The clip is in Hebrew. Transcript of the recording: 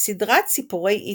סדרת "סיפורי איתמר"